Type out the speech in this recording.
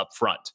upfront